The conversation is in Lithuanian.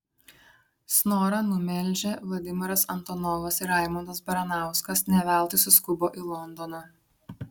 snorą numelžę vladimiras antonovas ir raimondas baranauskas ne veltui suskubo į londoną